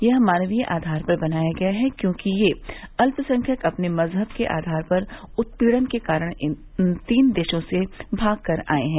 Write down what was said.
यह मानवीय आघार पर बनाया गया है क्योंकि ये अत्यसंख्यक अपने मज़हब के आधार पर उत्पीड़न के कारण इन तीन देशों से भाग कर आये हैं